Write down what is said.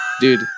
dude